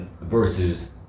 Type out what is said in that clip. Versus